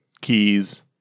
keys